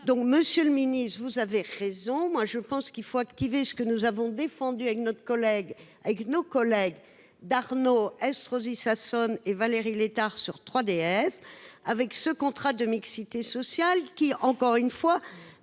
Donc Monsieur le Ministre, vous avez raison, moi je pense qu'il faut activer ce que nous avons défendu avec notre collègue avec nos collègues d'Arnaud Estrosi Sassone et Valérie Létard sur 3DS, avec ce contrat de mixité sociale, qui encore une fois,